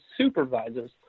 supervisors